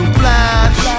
flash